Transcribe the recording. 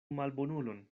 malbonulon